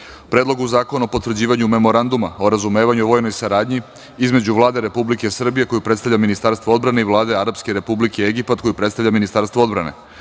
Predlogu zakona o potvrđivanju Memoranduma o razumevanju o vojnoj saradnji između Vlade Republike Srbije koju predstavlja Ministarstvo odbrane i Vlade Arapske Republike Egipat koju predstavlja Ministarstvo odbrane,